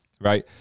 right